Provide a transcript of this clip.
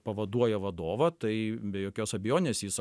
pavaduoja vadovą tai be jokios abejonės jis